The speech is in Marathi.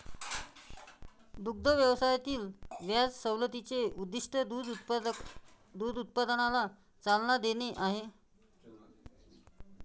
दुग्ध व्यवसायातील व्याज सवलतीचे उद्दीष्ट दूध उत्पादनाला चालना देणे आहे